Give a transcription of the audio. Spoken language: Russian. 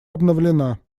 обновлена